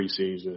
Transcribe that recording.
preseason